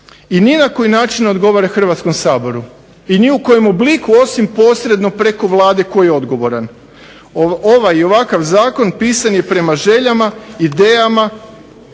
I ni na koji način ne odgovara Hrvatskom saboru. I ni u kojem obliku osim posredno preko Vlade koji je odgovoran. Ovaj i ovakav zakon pisan je prema željama, idejama